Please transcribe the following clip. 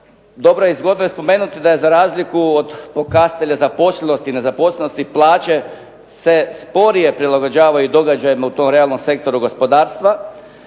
Dobro i zgodno je spomenuti da je za razliku od pokazatelja zaposlenosti i nezaposlenosti plaće se sporije prilagođavaju događajima u tom realnom sektoru gospodarstva